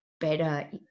better